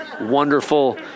wonderful